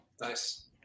Nice